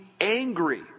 angry